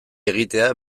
egitea